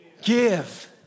Give